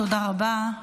תודה רבה.